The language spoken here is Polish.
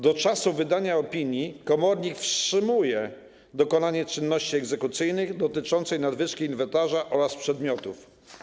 Do czasu wydania opinii komornik wstrzymuje dokonanie czynności egzekucyjnych dotyczących nadwyżki inwentarza oraz przedmiotów.